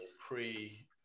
pre